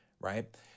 right